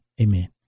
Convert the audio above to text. Amen